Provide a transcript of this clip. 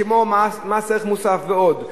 כמו מס ערך מוסף ועוד,